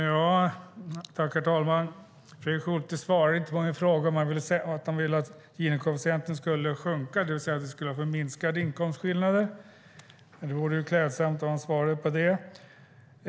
Herr talman! Fredrik Schulte svarade inte på min fråga om han ville att Gini-koefficienten skulle sjunka, det vill säga att vi skulle få minskade inkomstskillnader. Det vore klädsamt om han svarade på det.